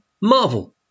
Marvel